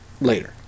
later